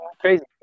crazy